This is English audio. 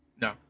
no